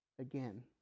again